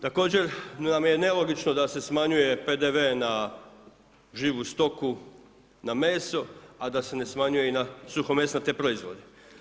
Također nam je nelogično da se smanjuje PDV-e na živu stoku, na meso a da se ne smanjuje i na suhomesnate proizvode.